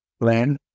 plan